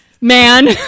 man